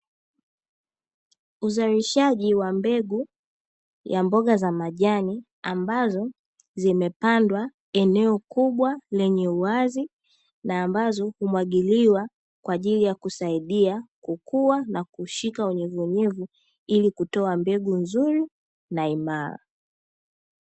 Uzalishaji wa mbegu ya mboga za majani ambazo zimepandwa eneo kubwa lenye uwazi, na ambazo humwagiliwa kwa ajili ya kusaidia kukua na kushika unyevunyevu ili kutoa mbegu nzuri na imara.